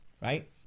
right